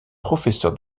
professeur